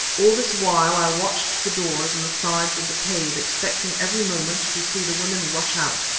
all this while i watched the doors in the sides of the cave, expecting every moment to see the women rush out.